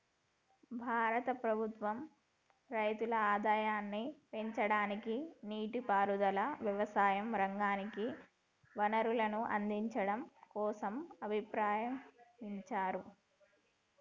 భారత ప్రభుత్వం రైతుల ఆదాయాన్ని పెంచడానికి, నీటి పారుదల, వ్యవసాయ రంగానికి వనరులను అందిచడం కోసంప్రారంబించారు